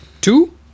Two